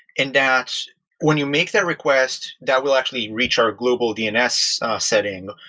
and that when you make that request, that will actually reach our global dns setting,